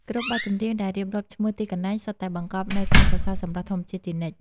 គ្រប់បទចម្រៀងដែលរៀបរាប់ឈ្មោះទីកន្លែង សុទ្ធតែបង្កប់នូវការសរសើរសម្រស់ធម្មជាតិជានិច្ច។